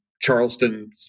Charleston